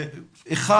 אחד,